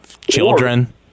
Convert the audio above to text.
children